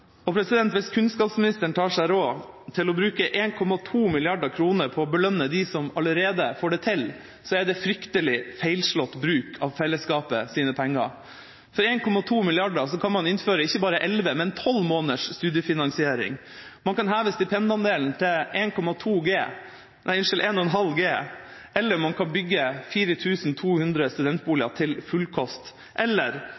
på trappene. Hvis kunnskapsministeren tar seg råd til å bruke 1,2 mrd. kr på å belønne dem som allerede får det til, så er det fryktelig feilslått bruk av fellesskapets penger. For 1,2 mrd. kr kan man innføre ikke bare elleve, men tolv måneders studiefinansiering. Man kan heve stipendandelen til 1,5 G, eller man kan bygge 4 200 studentboliger til fullkost.